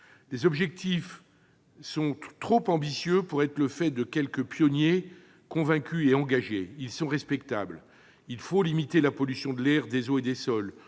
Les objectifs sont trop ambitieux pour n'être portés que par quelques pionniers convaincus et engagés. En effet, il faut limiter la pollution de l'air, des eaux et des sols,